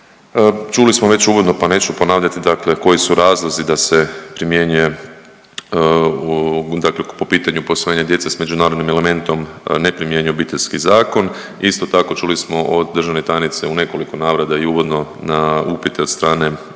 Čuli smo već uvodno pa neću ponavljati dakle koji su razlozi da se primjenjuje, dakle po pitanju posvojenja s međunarodnim elementom ne primjenjuje Obiteljski zakon. Isto tako čuli smo od državne tajnice u nekoliko navrata i uvodno na upite od strane zastupnika